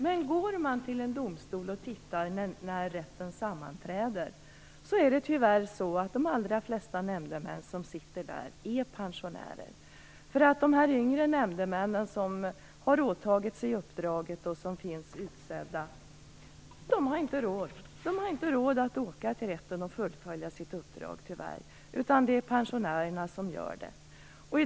Men går man till en domstol och tittar när rätten sammanträder ser man att de allra flesta nämndemännen där, tyvärr, är pensionärer. De yngre nämndemän som åtagit sig uppdraget och som utsetts har, tyvärr, inte råd att åka till rätten för att fullfölja sitt uppdrag. I stället är det pensionärerna som gör det.